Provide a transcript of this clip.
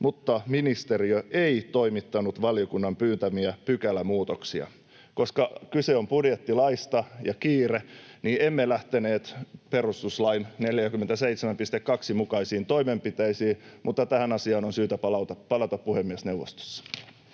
mutta ministeriö ei toimittanut valiokunnan pyytämiä pykälämuutoksia. Koska kyse on budjettilaista ja on kiire, niin emme lähteneet perustuslain 47.2 mukaisiin toimenpiteisiin, mutta tähän asiaan on syytä palata puhemiesneuvostossa.